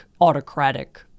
autocratic